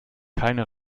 keine